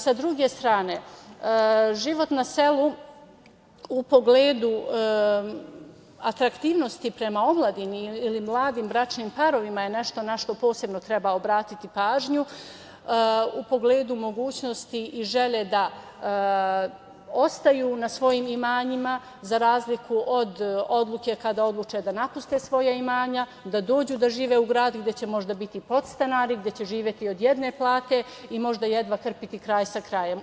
Sa druge strane, život na selu u pogledu atraktivnosti prema omladini ili mladim bračnim parovima je nešto na šta posebno treba obratiti pažnju, u pogledu mogućnosti i želje da ostaju na svojim imanjima, za razliku od odluke kada odluče da napuste svoja imanja, da dođu da žive u gradu, gde će možda biti podstanari, gde će živeti od jedne plate i možda jedva krpiti kraj sa krajem.